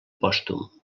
pòstum